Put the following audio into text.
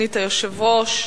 סגנית היושב-ראש,